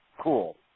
cool